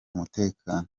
umutekano